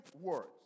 words